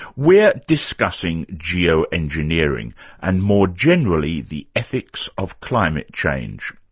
we're discussing geoengineering and more generally the ethics of climate change.